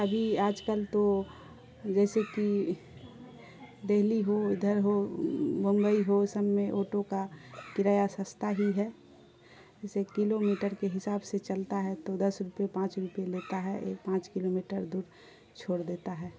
ابھی آج کل تو جیسے کہ دہلی ہو ادھر ہو ممبئی ہو سب میں آٹو کا کرایہ سستا ہی ہے جیسے کلو میٹر کے حساب سے چلتا ہے تو دس روپئے پانچ روپئے لیتا ہے ایک پانچ کلو میٹر دور چھوڑ دیتا ہے